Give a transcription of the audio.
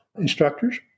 instructors